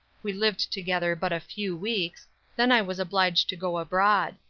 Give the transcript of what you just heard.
we lived together but a few weeks then i was obliged to go abroad.